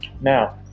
Now